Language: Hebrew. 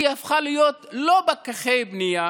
היא הפכה להיות לא פקחי בנייה